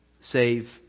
save